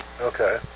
okay